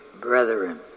brethren